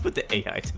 but the ai